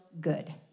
good